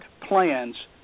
plans